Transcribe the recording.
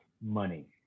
money